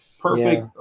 Perfect